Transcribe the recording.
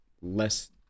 less